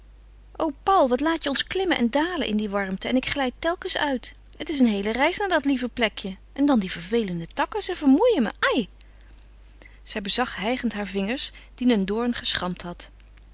paul wat laat je ons klimmen en dalen in die warmte en ik glijd telkens uit het is een heele reis naar dat lieve plekje en dan die vervelende takken ze vermoeien me ai zij bezag hijgend haar vinger dien een doorn geschramd had